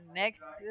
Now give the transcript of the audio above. next